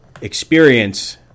experience